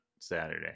Saturday